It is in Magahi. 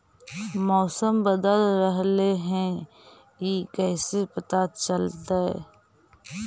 मौसम बदल रहले हे इ कैसे पता चलतै?